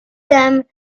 them